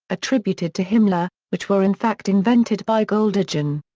attributed to himmler, which were in fact invented by goldhagen.